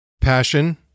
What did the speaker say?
Passion